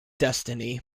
destiny